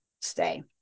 stay